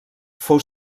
fou